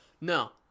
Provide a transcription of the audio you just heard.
No